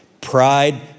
Pride